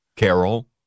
Carol